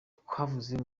twavuye